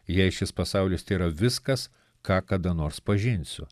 jei šis pasaulis tėra viskas ką kada nors pažinsiu